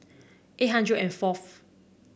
eight hundred and fourth